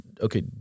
okay